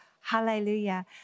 Hallelujah